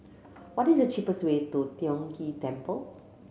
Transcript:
what is the cheapest way to Tiong Ghee Temple